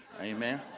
Amen